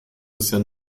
bisher